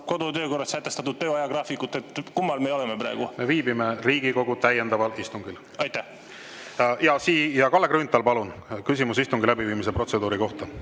ja töökorras sätestatud töö ajagraafikut. Kummal me oleme praegu? Me viibime Riigikogu täiendaval istungil. Aitäh! Kalle Grünthal, palun, küsimus istungi läbiviimise protseduuri kohta!